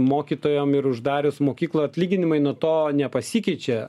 mokytojam ir uždarius mokyklą atlyginimai nuo to nepasikeičia